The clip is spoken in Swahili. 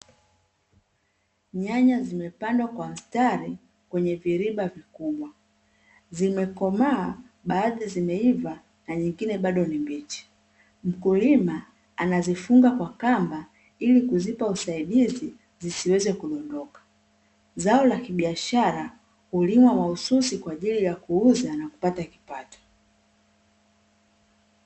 Nyanya zimepandwa kwa mstari kwenye viriba vikubwa; zimekomaa, baadhi zimeiva na nyingine bado ni mbichi. Mkulima anazifunga kwa kamba ili kuzipa usaidizi, zisiweze kudondoka. Zao la biashara hulimwa mahususi kwa ajili ya kuuza na kupata kipato.